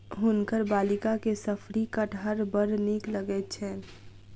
हुनकर बालिका के शफरी कटहर बड़ नीक लगैत छैन